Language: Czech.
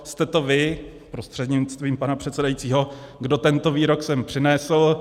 Jste to vy prostřednictvím pana předsedajícího, kdo sem tento výrok přinesl.